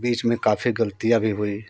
बीच में काफ़ी गलतियाँ भी हुई